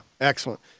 excellent